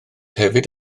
hefyd